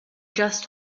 just